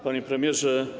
Panie Premierze!